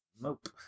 Nope